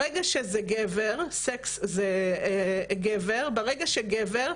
sex זה גבר גבר,